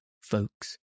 folks